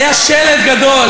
היה שלט גדול